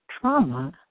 trauma